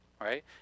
right